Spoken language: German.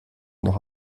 noch